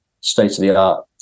state-of-the-art